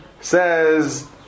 says